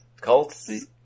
Colts